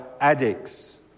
addicts